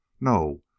No